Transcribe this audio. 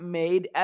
made